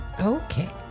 Okay